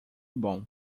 bom